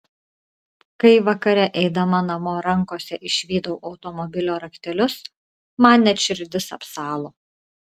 kai vakare eidama namo rankose išvydau automobilio raktelius man net širdis apsalo